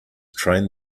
train